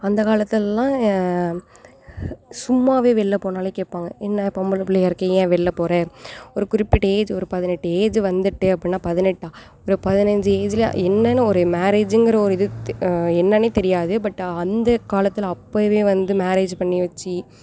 அந்த காலத்துலேல்லாம் சும்மாவே வெளில போனால் கேட்பாங்க என்ன பொம்பளை பிள்ளையா இருக்கியே ஏன் வெளில போகிற ஒரு குறிப்பிட்ட ஏஜ் ஒரு பதினெட்டு ஏஜ் வந்துட்டு அப்புடின்னா பதினெட்டு ஒரு பதினஞ்சு ஏஜில் என்னன்ன ஒரு மேரேஜுங்கிற ஒரு இது என்னன்னே தெரியாது பட் அந்த காலத்தில் அப்போவே வந்து மேரேஜ் பண்ணி வச்சி